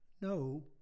No